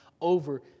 over